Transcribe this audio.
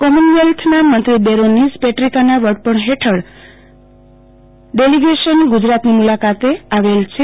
Commonwealth ના મંત્રી baroness પેદ્રિકાના વડપણ હેઠળ નું ડેલીગેશન ગુજરાતની મુલાકાતે આવેલ છે